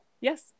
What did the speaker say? Yes